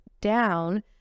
down